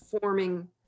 forming